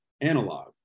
analog